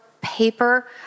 paper